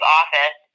office